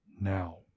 now